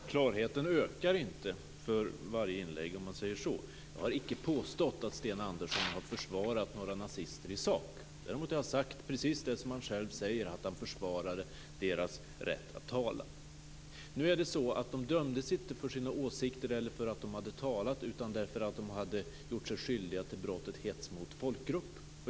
Herr talman! Klarheten ökar inte för varje inlägg, om man säger så. Jag har inte påstått att Sten Andersson har försvarat några nazister i sak. Däremot har jag sagt precis det som han själv säger; att han försvarar deras rätt att tala. Nu är det så att de dömdes inte för sina åsikter eller för att de hade talat. De dömdes för att de hade gjort sig skyldiga till brottet hets mot folkgrupp.